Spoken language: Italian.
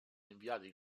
inviati